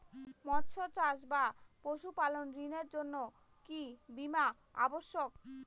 মৎস্য চাষ বা পশুপালন ঋণের জন্য কি বীমা অবশ্যক?